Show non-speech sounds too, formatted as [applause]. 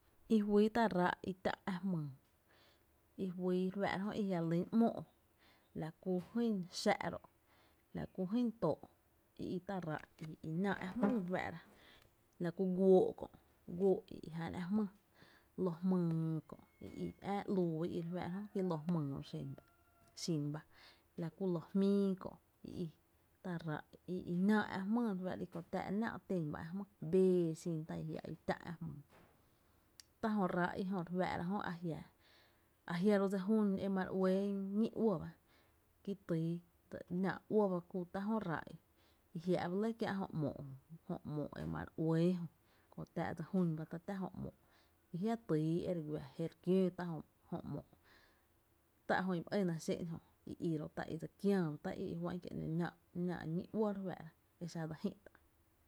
I fyý tá’ ráá’ i tá’ ä’ jmyy, i fyy re fáá’ra jö i njia’ re lýn ‘móo’ jö, la ku la [noise] jyn xⱥ’ ro’, la kú jyn tóó’, i i tá’ ráá’ i nⱥⱥ’ ä’ jmýy [noise] re fáá’ra, la ku guóo’ kö’ i ján ä’ jmýy, lö jmyy kö’ ää ‘luu ba [noise] i i re fáá’ra jö ki ä’ jmyy ba xen i i, la kú lö jmíi kö’ i i tá’ ráá’ i [hesitation] i nⱥⱥ’ ä’ jmyy re fáá’ra, kö tá’ [noise] náá’ ten ba ä’ jmýy, bée xin jia’ tá’ [noise] i tá’ ä’ jmyy tá’ jö ráá’ i re fáá’ra jö a jia’ ro dse jún e ma re uɇɇ ñí’ uɇ ba kú tyy e náá’ uɇ ba la kú tá’ jö ráá’ i, i jia’ ba lɇ kiä’ tá’ jö ‘moo jö, jö ‘moo’ e ma [noise] re uɇɇe jö kö tⱥⱥ’ dse jún ba tá’ táá jö ‘moo’ ki jia’ tyy e re guⱥ je re kiöö tá’ jö ‘moo’ tá’ jö i my ëna xén’n jö tá’ jö i dser kiää ba tá’ jö i i e náá’ ñí’ uɇ re fáá’ra a exa dse jï’ tá’.